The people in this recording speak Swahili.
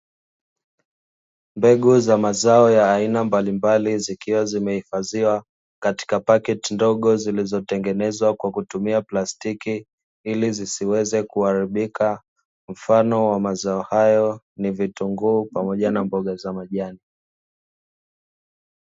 Mbegu za mazao ya aina mbalimbali, zikiwa zimehifadhiwa katika pakiti ndogo zilizotengenezwa kwa kutumia plastiki, ili zisiweze kuharibika, mfano wa mazao hayo ni vitunguu pamoja na mboga za majani.